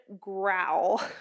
growl